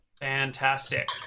Fantastic